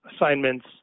assignments